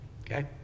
okay